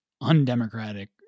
undemocratic